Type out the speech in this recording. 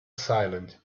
silent